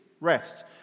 rest